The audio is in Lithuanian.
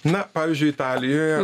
na pavyzdžiui italijoje